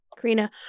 Karina